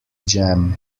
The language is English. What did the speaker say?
jam